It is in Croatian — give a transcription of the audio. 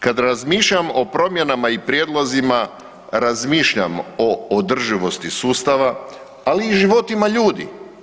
Kada razmišljam o promjenama i prijedlozima, razmišljam o održivosti sustava, ali i životima ljudi.